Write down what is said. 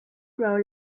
grow